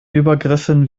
übergriffen